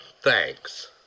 Thanks